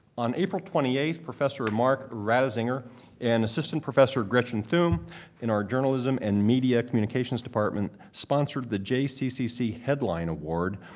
on april twenty eight, professor mark raduziner and assistant professor gretchen thum in our journalism and media communications department, sponsored the jccc jccc headline award,